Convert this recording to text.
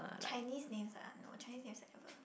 Chinese names ah no Chinese names I never